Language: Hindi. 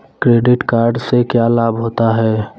क्रेडिट कार्ड से क्या क्या लाभ होता है?